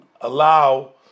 allow